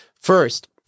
First